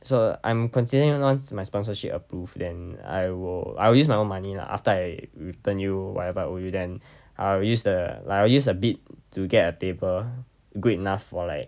so I'm considering once my sponsorship approve then I will I will use my own money lah after I return you wherever I owe you then I'll use the like I will use a bit to get a table good enough for like